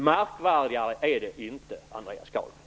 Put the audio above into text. Märkvärdigare är det inte, Andreas Carlgren.